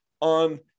on